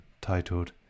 titled